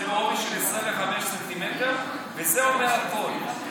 זה בעובי של 25 ס"מ, וזה אומר הכול.